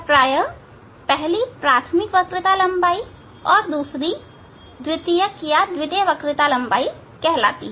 प्रायः पहली प्राथमिक वक्रता लंबाई और दूसरी द्वितीय वक्रता लंबाई कहलाती है